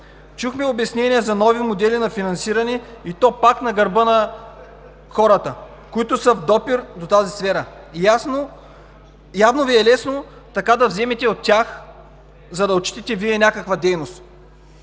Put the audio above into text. Чухме обяснения за нови модели на финансиране, и то пак на гърба на хората, които са в допир до тази сфера. Явно Ви е лесно така да вземете от тях, за да отчитате някаква дейност.